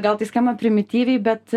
gal tai skamba primityviai bet